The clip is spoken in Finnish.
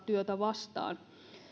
työtä vastaan